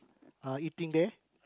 uh eating there